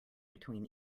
between